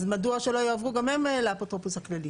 אז מדוע שלא יעברו גם הם לאפוטרופוס הכללי?